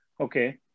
Okay